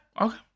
Okay